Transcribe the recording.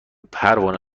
پروانه